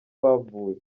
bavuye